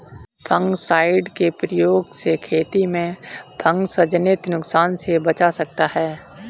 fungicide के प्रयोग से खेती में फँगसजनित नुकसान से बचा जाता है